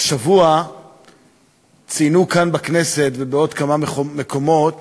השבוע ציינו כאן בכנסת ובעוד כמה מקומות